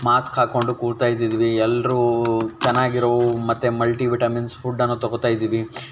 mask ಹಾಕ್ಕೊಂಡು ಕೂರ್ತಾ ಇದ್ದಿದ್ವಿ ಎಲ್ಲರೂ ಚೆನ್ನಾಗಿರೋ ಮತ್ತು ಮಲ್ಟಿ ವಿಟಮಿನ್ಸ್ ಫುಡ್ಡನ್ನು ತಗೋತ ಇದೀವಿ